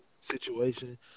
situation